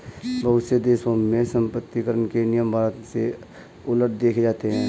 बहुत से देशों में सम्पत्तिकर के नियम भारत से उलट देखे जाते हैं